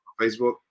Facebook